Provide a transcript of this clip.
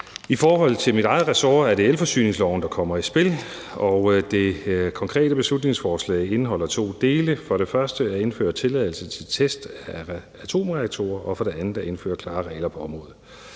I forhold til mit eget ressort er det elforsyningsloven, der kommer i spil, og det konkrete beslutningsforslag indeholder to dele. For det første at indføre tilladelse til test af atomreaktorer og for det andet at indføre klare regler på området